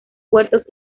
huertos